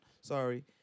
sorry